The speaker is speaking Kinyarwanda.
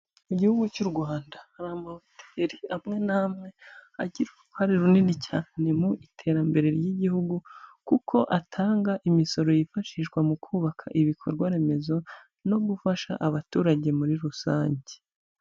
Igihugu cy'u Rwanda hari amahoteri amwe namwe agira uruhare runini cyane mu iterambere ry'igihugu, kuko atanga imisoro yifashishwa mu kubaka ibikorwa remezo no gufasha abaturage muri rusange.